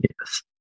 yes